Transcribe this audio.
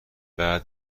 بعد